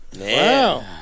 Wow